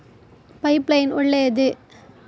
Pipe line ಒಳ್ಳೆಯದೇ?